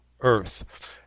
Earth